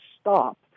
stop